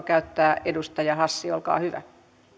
käyttää edustaja hassi olkaa hyvä